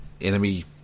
enemy